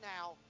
now